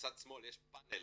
שמצד שמאל יש פנל